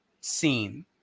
scene